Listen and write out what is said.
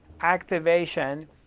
activation